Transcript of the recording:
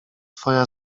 twoja